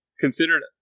considered